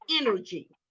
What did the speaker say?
energy